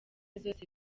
zose